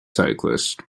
cyclist